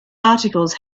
articles